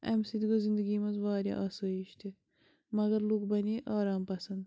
اَمہِ سۭتۍ گوٚو زِندگی منٛز واریاہ آسٲیِش تہِ مگر لوٗکھ بَنے آرام پَسنٛد